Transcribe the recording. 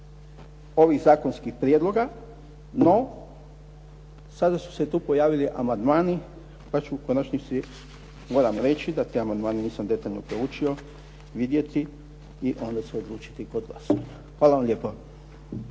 ovih zakonskih prijedloga. No, sada su se tu pojavili amandmani pa u konačnici moram reći da te amandmane nisam detaljno proučio vidjeti i onda se odlučiti kod glasovanja. Hvala vam lijepo.